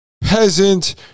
Peasant